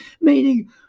meaning